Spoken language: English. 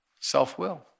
Self-will